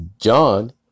John